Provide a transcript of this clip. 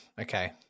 Okay